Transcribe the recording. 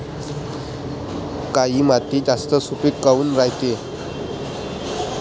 काळी माती जास्त सुपीक काऊन रायते?